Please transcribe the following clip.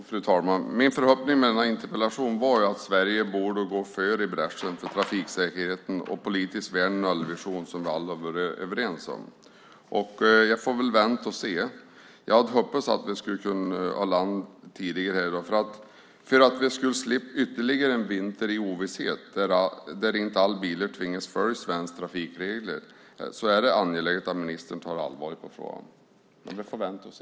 Fru talman! Min förhoppning med denna interpellation var att Sverige skulle gå i bräschen för trafiksäkerheten och politiskt värna den nollvision som vi alla är överens om. Jag får väl vänta och se. Jag hade hoppats att vi skulle kunna landa tidigare. För att vi ska slippa ytterligare en vinter i ovisshet, där inte alla bilar tvingas följa svenska trafikregler, är det angeläget att ministern tar frågan på allvar. Men vi får vänta och se.